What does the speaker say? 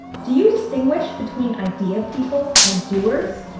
do you distinguish between idea people and doers?